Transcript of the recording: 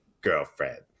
girlfriend